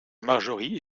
marjorie